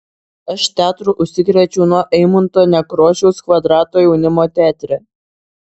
aš teatru užsikrėčiau nuo eimunto nekrošiaus kvadrato jaunimo teatre